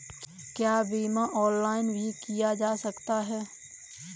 क्या बीमा ऑनलाइन भी किया जा सकता है?